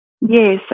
Yes